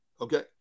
Okay